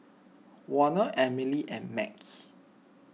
Warner Emily and Max